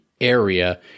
area